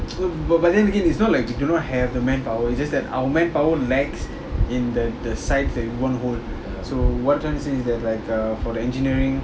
but but then again it's not like you do not have the manpower it's just that our manpower lacks in than the the sides that we wanna hold so what I'm trying to say is like uh for the engineering